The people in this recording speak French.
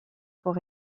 pour